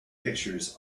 pictures